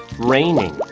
raining